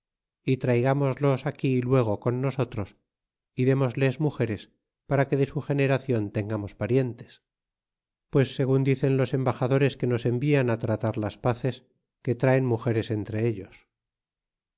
y traigámoslos aquí luego con nosotros y démosles mugeres para que de su generacion tengamos parientes pues segun dicen los embaxadores que nos envian tratar las paces que traen mugeres entre ellos